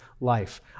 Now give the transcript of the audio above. life